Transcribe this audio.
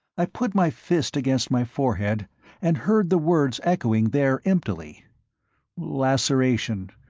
i put my fist against my forehead and heard the words echoing there emptily laceration.